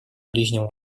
ближнем